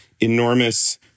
enormous